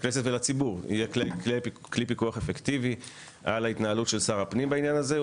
לכנסת ולציבור על ההתנהלות של שר הפנים בעניין הזה,